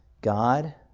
God